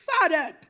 Father